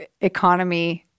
economy-